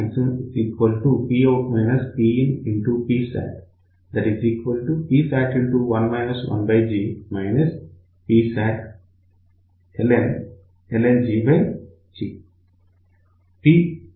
Pout PinPsat Psat1 1G Psatln G G Poscmax